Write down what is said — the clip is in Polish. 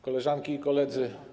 Koleżanki i Koledzy!